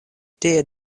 tie